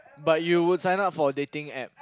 but you would sign up for a dating App